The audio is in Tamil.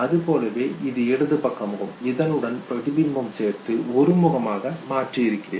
அதுபோலவே இது இடதுபக்க முகம் இதனுடன் பிரதிபிம்பம் சேர்த்து ஒரு முகமாக மாற்றியிருக்கிறேன்